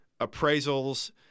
appraisals